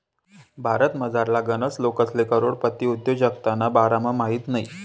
भारतमझारला गनच लोकेसले करोडपती उद्योजकताना बारामा माहित नयी